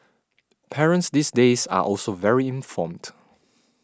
parents these days are also very informed